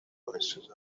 گزارش